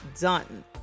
done